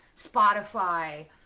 Spotify